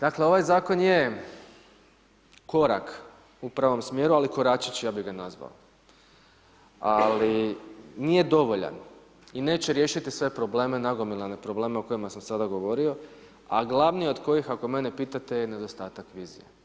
Dakle, ovaj zakon je korak u pravom smjeru, ali koračić ja bi ga nazvao, ali nije dovoljan i neće riješiti sve probleme, nagomilane probleme o kojima sam sada govorio, a glavni od kojih ako mene pitate je nedostatak vizije.